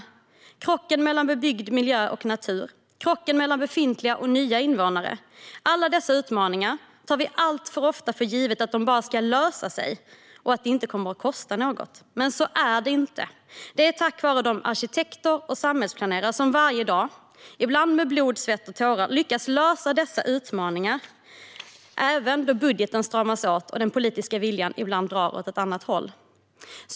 Det handlar om krocken mellan bebyggd miljö och natur och mellan befintliga och nya invånare. Vi tar alltför ofta för givet att dessa utmaningar bara ska lösa sig och att det inte kommer att kosta något. Men så är det inte. Det går tack vare de arkitekter och samhällsplanerare som varje dag, ibland med blod, svett och tårar, lyckas lösa dessa utmaningar, även då budgeten stramas åt och den politiska viljan ibland drar åt ett helt annat håll.